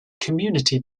community